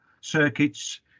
circuits